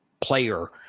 player